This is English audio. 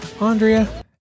Andrea